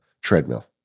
treadmill